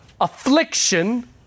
affliction